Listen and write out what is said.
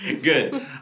Good